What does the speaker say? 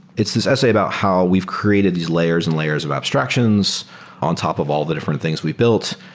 it's this essay about how we've created these layers and layers of abstractions on top of all the different things we built.